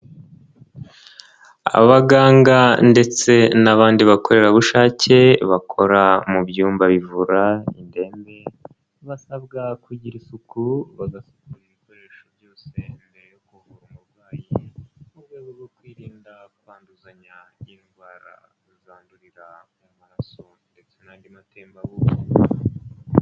Abaganga ndetse n'abandi bakorerabushake bakora mu byumba bivura indembe, basabwa kugira isuku bagasukura ibikoresho byose mbere yo kuvura umurwayi, mu rwego rwo kwirinda kwanduzanya indwara zandurira mu maraso ndetse n'andi matembabuzi.